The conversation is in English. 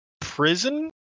prison